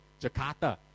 Jakarta